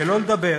שלא לדבר